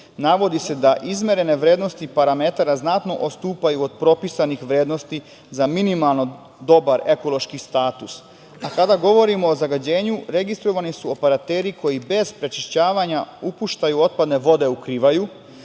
navodi se da izmerene vrednosti parametara znatno odstupaju od propisanih vrednosti za minimalno dobar ekološki status. Kada govorimo o zagađenju, registrovani su operateri koji bez prečišćavanja upuštaju otpadne vode u Krivaju,